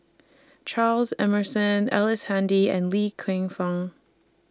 Charles Emmerson Ellice Handy and Li Lienfung